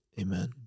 amen